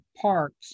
parks